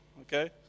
Okay